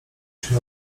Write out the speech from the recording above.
się